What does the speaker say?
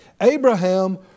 Abraham